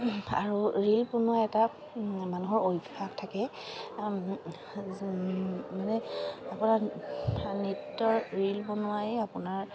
আৰু ৰীল বনোৱা এটা মানুহৰ অভ্যাস থাকে মানে আপোনাৰ নৃত্যৰ ৰীল বনোৱাই আপোনাৰ